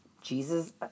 Jesus